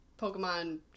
Pokemon